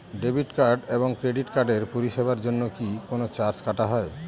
Debit card এবং credit কার্ডের পরিষেবার জন্য কি কোন চার্জ কাটা হয়?